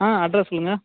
ஆ address சொல்லுங்கள்